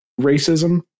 racism